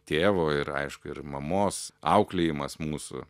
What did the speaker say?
tėvo ir aišku ir mamos auklėjimas mūsų